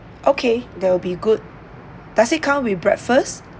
okay that will be good does it come with breakfast